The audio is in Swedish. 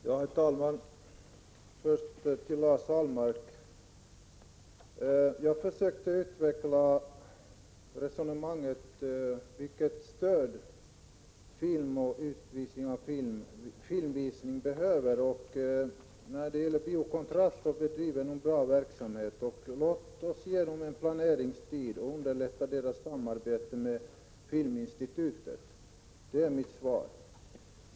Herr talman! Jag vill först säga några ord till Lars Ahlmark. Jag försökte utveckla resonemanget om vilket stöd film och filmvisning behöver. Bio Kontrast bedriver en bra verksamhet. Låt oss ge den en planeringstid och underlätta sammarbetet med filminstitutet. — Det är mitt svar.